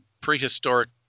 prehistoric